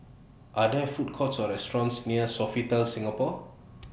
Are There Food Courts Or restaurants near Sofitel Singapore